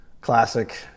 classic